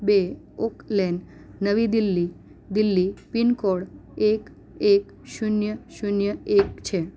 બે Oak Lane Navi Delhi Delhi pin code એક એક શૂન્ય શૂન્ય શૂન્ય એક છે